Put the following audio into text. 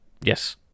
Yes